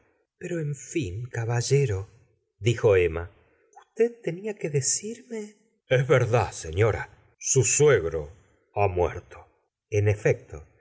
pero en fin caballero dijo emma usted tenia que decirme es verdad señora su suegro ha muerto en efecto